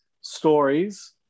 stories